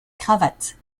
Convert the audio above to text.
cravate